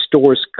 stores